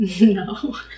No